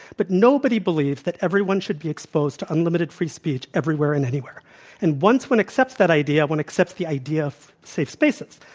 but nobody believes that everyone should be exposed to unlimited free speech everywhere and anywhere and once one accepts that idea one accepts the idea of safe spaces,